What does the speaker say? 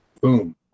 Boom